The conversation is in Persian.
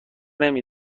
نمی